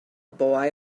boy